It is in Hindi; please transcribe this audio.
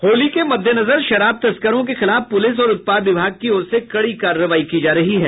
होली के मद्देनजर शराब तस्करों के खिलाफ पुलिस और उत्पाद विभाग की ओर से कड़ी कार्रवाई की जा रही है